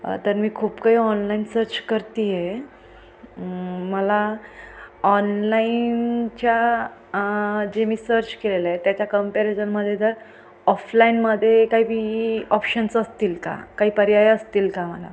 तर मी खूप काही ऑनलाईन सर्च करत आहे मला ऑनलाईनच्या जे मी सर्च केलेलं आहे त्याच्या कम्पॅरिझनमध्ये जर ऑफलाईनमध्ये काही बी ऑप्शन्स असतील का काही पर्याय असतील का मला